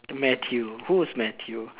Matthew who's Matthew